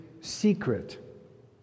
secret